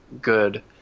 good